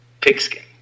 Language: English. pigskin